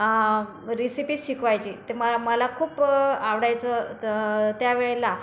recipes शिकवायचे ते मला मला खूप आवडायचं त्यावेळेला